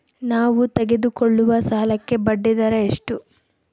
ನಾವು ತೆಗೆದುಕೊಳ್ಳುವ ಸಾಲಕ್ಕೆ ಬಡ್ಡಿದರ ಎಷ್ಟು?